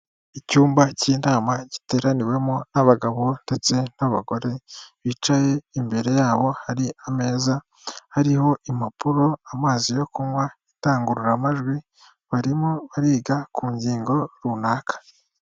Icyumba cy'inama giteraniwemo n'abagabo ndetse n'abagore bicaye, imbere yabo hari ameza, hariho impapuro, amazi yo kunywa, idangururamajwi, barimo bariga ku ngingo runaka.